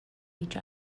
each